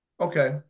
Okay